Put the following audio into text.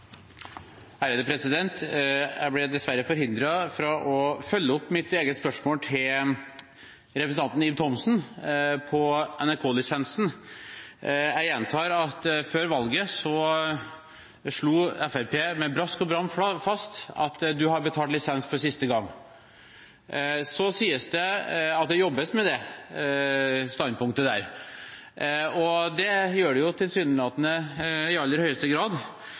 Jeg ble dessverre forhindret fra å følge opp mitt eget spørsmål til representanten Ib Thomsen om NRK-lisensen. Jeg gjentar at før stortingsvalget slo Fremskrittspartiet med brask og bram fast at en har betalt lisens for siste gang. Så sies det at det jobbes med det standpunktet. Det gjør det tilsynelatende i aller høyeste grad,